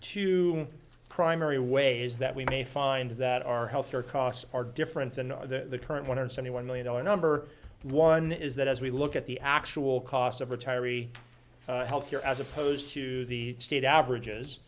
two primary ways that we may find that our health care costs are different than the current one hundred twenty one million dollar number one is that as we look at the actual cost of retiree health care as opposed to the state